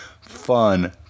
fun